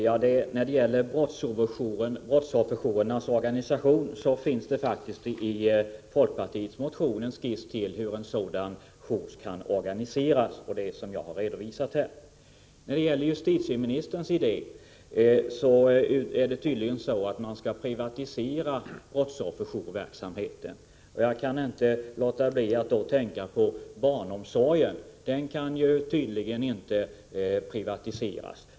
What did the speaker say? Herr talman! När det gäller brottsofferjourernas organisation vill jag framhålla att det i folkpartiets motion faktiskt finns en skiss över hur en sådan jour kan organiseras, vilket jag också har redovisat här. Enligt justitieministerns idé skall man tydligen privatisera brottsofferjourverksamheten. Jag kan inte låta bli att då tänka på barnomsorgen. Den kan tydligen inte privatiseras.